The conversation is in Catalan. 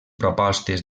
propostes